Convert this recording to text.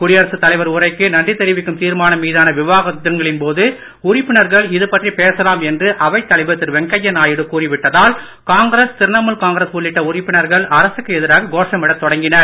குடியரசு தலைவர் உரைக்கு நன்றி தெரிவிக்கும் தீர்மானம் மீதான விவாதங்களின் போது உறுப்பினர்கள் இதுபற்றி பேசலாம் என்று அவைத் தலைவர் திரு வெங்கையநாயுடு கூறி விட்டதால் காங்கிரஸ் திரிணமுல் காங்கிரஸ் உள்ளிட்ட உறுப்பினர்கள் அரசுக்கு எதிராக கோஷமிடத் தொடங்கினர்